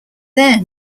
there